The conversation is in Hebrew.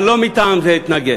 אבל לא מטעם זה אתנגד.